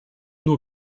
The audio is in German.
nur